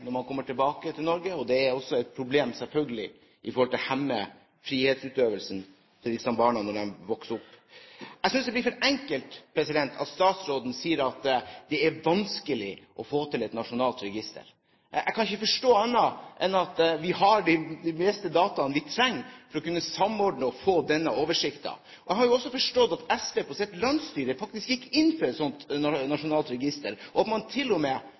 når man kommer tilbake til Norge, og det er selvfølgelig også et problem fordi det hemmer frihetsutøvelsen til disse barna når de vokser opp. Jeg synes det blir for enkelt når statsråden sier at det er vanskelig å få til et nasjonalt register. Jeg kan ikke forstå annet enn at vi har de fleste dataene vi trenger for å kunne samordne og få denne oversikten. Jeg har jo også forstått at SVs landsstyre faktisk gikk inn for et slikt nasjonalt register, og at man